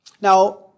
Now